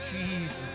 Jesus